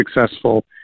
successful